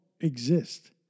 exist